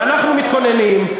אנחנו מתכוננים,